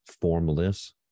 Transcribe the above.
formless